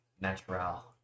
natural